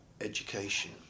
education